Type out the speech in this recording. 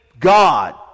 God